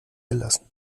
gelassen